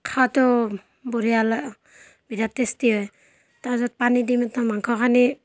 খাওঁতেও বঢ়িয়া লা বিৰাট টেষ্টি হয় তাৰ পাছত পানী দি মাংসখিনি